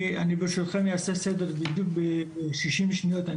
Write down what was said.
אני ברשותכם יעשה סדר בדיוק בשישים שניות,